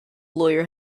lawyer